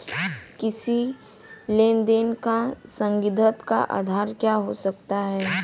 किसी लेन देन का संदिग्ध का आधार क्या हो सकता है?